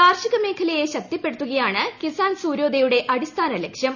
കാർഷിക മേഖലയെ ശക്തിപ്പെടുത്തുക യാണ് കിസാൻ സൂര്യോദയയുടെ അടിസ്ഥാന ലക്ഷ്യം